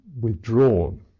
withdrawn